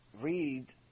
read